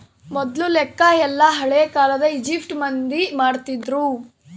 ಮೊದ್ಲು ಲೆಕ್ಕ ಎಲ್ಲ ಹಳೇ ಕಾಲದ ಈಜಿಪ್ಟ್ ಮಂದಿ ಮಾಡ್ತಿದ್ರು